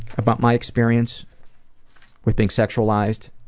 about my experience with being sexualized,